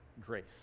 grace